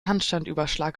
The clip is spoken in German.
handstandüberschlag